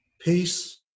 peace